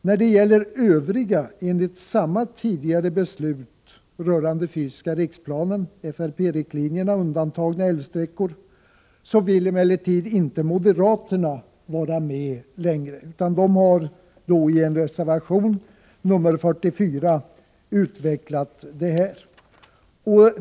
När det gäller övriga enligt samma, tidigare fattade, beslut rörande den fysiska riksplanen — FRP riktlinjerna — undantagna älvsträckor vill emellertid inte moderaterna vara med längre. De har i en reservation, nr 44, utvecklat sina uppfattningar.